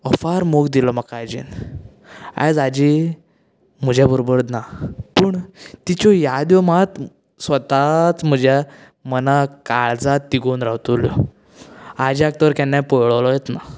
अफार मोग दिलो म्हाका आजयेन आयज आजी म्हजें बरोबर ना पूण तिच्यो याद्यो मात स्वताच म्हज्या मनाक काळजांत तिगून रावतल्यो आज्याक तर केन्ना पळयलोच ना